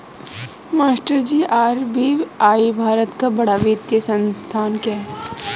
मास्टरजी आर.बी.आई भारत का बड़ा वित्तीय संस्थान है